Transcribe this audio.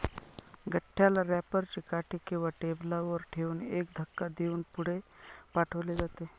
गठ्ठ्याला रॅपर ची काठी किंवा टेबलावर ठेवून एक धक्का देऊन पुढे पाठवले जाते